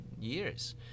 years